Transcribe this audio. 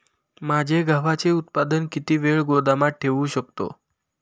माझे गव्हाचे उत्पादन किती वेळ गोदामात ठेवू शकतो?